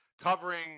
covering